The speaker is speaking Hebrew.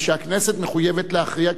שהכנסת מחויבת להכריע.